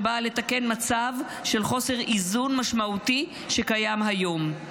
שבאה לתקן מצב של חוסר איזון משמעותי שקיים היום.